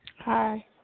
Hi